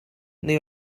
neu